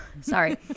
sorry